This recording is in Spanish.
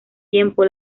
tiempo